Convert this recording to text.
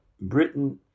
Britain